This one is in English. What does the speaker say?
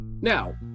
Now